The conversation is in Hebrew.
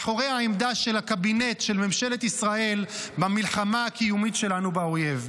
מאחורי העמדה של הקבינט של ממשלת ישראל במלחמה הקיומית שלנו באויב.